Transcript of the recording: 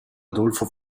adolfo